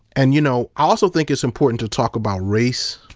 and you know also think it's important to talk about race,